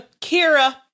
Kira